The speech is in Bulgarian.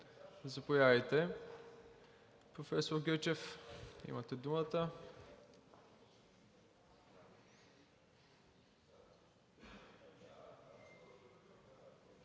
Заповядайте, професор Гечев, имате думата.